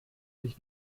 sich